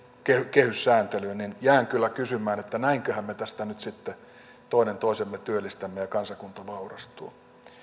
kehyssääntelyyn niin jään kyllä kysymään että näinköhän me tästä nyt sitten toinen toisemme työllistämme ja kansakunta vaurastuu